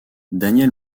daniel